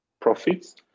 profits